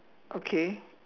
okay